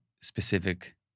specific